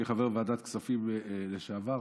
כחבר ועדת כספים לשעבר,